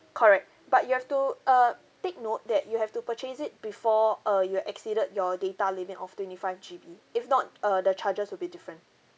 correct but you have to uh take note that you have to purchase it before uh you exceeded your data limit of twenty five G_B if not uh the charges will be different